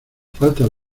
faltas